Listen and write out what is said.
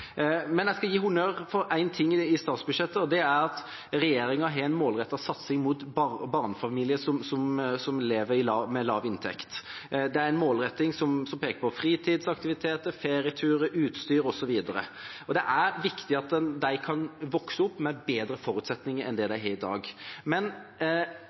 Jeg skal gi honnør for én ting i statsbudsjettet, og det er at regjeringen har en målrettet satsing på barnefamilier som lever med lav inntekt. Det er en målretting som peker på fritidsaktiviteter, ferieturer, utstyr osv. Det er viktig at disse barna kan vokse opp med bedre forutsetninger enn det de har i dag. Men